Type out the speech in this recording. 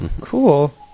cool